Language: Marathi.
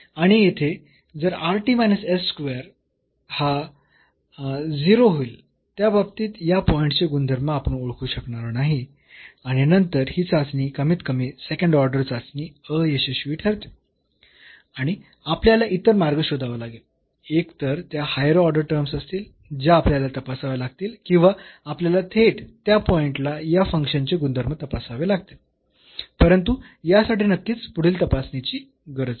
आणि येथे जर स्क्वेअर हा 0 होईल त्या बाबतीत या पॉईंटचे गुणधर्म आपण ओळखू शकणार नाही आणि नंतर ही चाचणी कमीतकमी सेकंड ऑर्डर चाचणी अयशस्वी ठरते आणि आपल्याला इतर मार्ग शोधावा लागेल एकतर त्या हायर ऑर्डर टर्म्स असतील ज्या आपल्याला तपासाव्या लागतील किंवा आपल्याला थेट त्या पॉईंटला या फंक्शनचे गुणधर्म तपासावे लागतील परंतु यासाठी नक्कीच पुढील तपासणीची गरज आहे